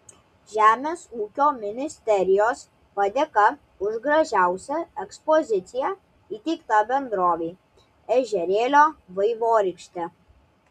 žemės ūkio ministerijos padėka už gražiausią ekspoziciją įteikta bendrovei ežerėlio vaivorykštė